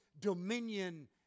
dominion